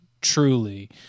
truly